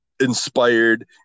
inspired